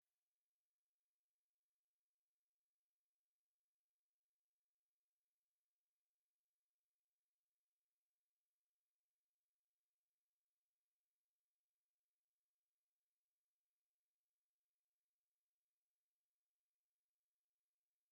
Inzovu iri muri pariki